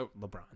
LeBron